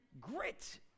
grit